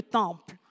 temple